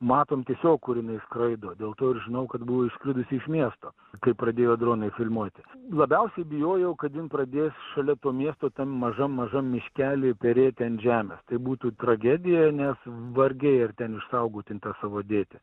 matom tiesiog kur jinai skraido dėl to ir žinau kad buvo išskridusi iš miesto kai pradėjo dronai filmuoti labiausiai bijojau kad jin pradės šalia to miesto tam mažam mažam miškely perėti ant žemės tai būtų tragedija nes vargiai ar ten išsaugotų jin tą savo dėtį